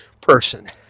person